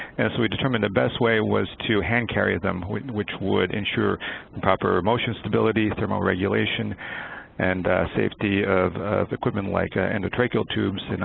and so we determined the best way was to hand carry them which would ensure proper motion stability, thermoregulation and safety of equipment like ah endotracheal tubes